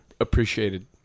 appreciated